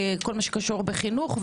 כל מה שקשור בחינוך,